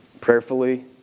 prayerfully